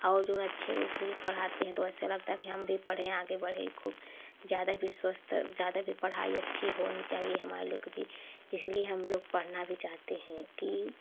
और जो अच्छे उसमें पढ़ाते हैं तो ऐसा लगता हैं कि हम भी पढ़ें आगे बढ़ें खूब ज्यादा भी सोचते ज्यादा भी पढ़ाई अच्छी होनी चाहिए हमारे लोगों की भी इसीलिए हम लोग पढ़ना भी चाहते हैं कि